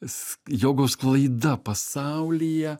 s jogos sklaida pasaulyje